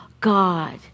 God